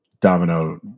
Domino